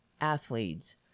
athletes